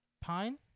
Pine